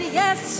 yes